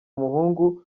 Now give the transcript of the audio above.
umuhungu